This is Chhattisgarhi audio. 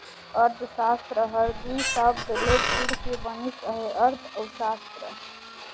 अर्थसास्त्र हर दुई सबद ले जुइड़ के बनिस अहे अर्थ अउ सास्त्र